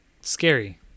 scary